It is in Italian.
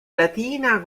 latina